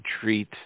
treat